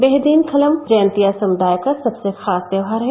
बेहदीनखलम जयातिया समुदाय का सबसे खास त्यौहार है